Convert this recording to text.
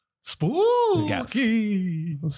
Spooky